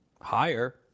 higher